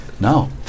No